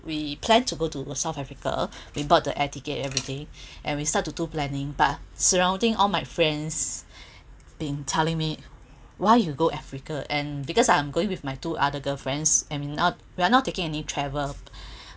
we planned to go to south africa we bought the air ticket everything and we started to do planning but surrounding all my friends been telling me why you go africa and because I'm going with my two other girlfriends and we're not we are not taking any travel